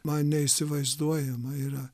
man neįsivaizduojama yra